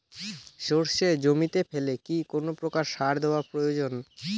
সর্ষে জমিতে ফেলে কি কোন প্রকার সার দেওয়া প্রয়োজন?